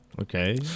Okay